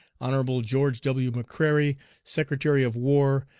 honorable george w. mccrary, secretary of war,